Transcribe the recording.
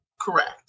Correct